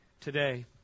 today